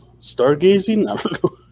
Stargazing